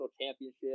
championship